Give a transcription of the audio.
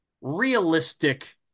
realistic